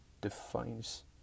defines